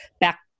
back